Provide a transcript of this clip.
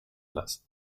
lassen